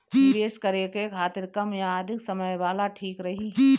निवेश करें के खातिर कम या अधिक समय वाला ठीक रही?